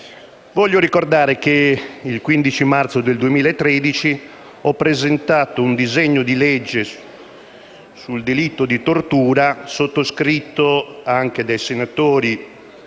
Voglio ricordare che il 15 marzo 2013 ho presentato un disegno di legge sul delitto di tortura, sottoscritto anche dai senatori